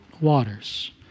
waters